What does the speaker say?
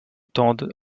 tendent